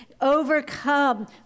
overcome